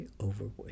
overweight